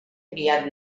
enviat